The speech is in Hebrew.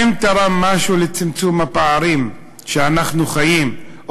האם הוא תרם משהו לצמצום הפערים שאנחנו חיים בהם,